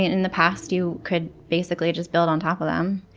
in the past you could basically just build on top of them.